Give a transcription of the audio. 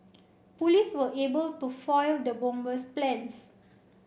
police were able to foil the bomber's plans